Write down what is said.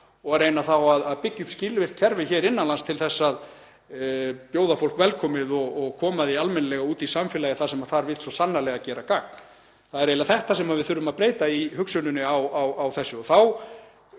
og reyna þá að byggja upp skilvirkt kerfi hér innan lands til að bjóða fólk velkomið og koma því almennilega út í samfélagið þar sem það vill svo sannarlega gera gagn. Það er eiginlega þetta sem við þurfum að breyta í hugsuninni í þessu.